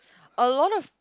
a lot of